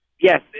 Yes